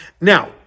Now